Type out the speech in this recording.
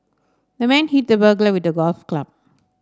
the man hit the burglar with a golf club